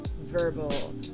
verbal